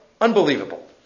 Unbelievable